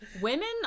Women